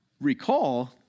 recall